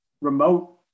remote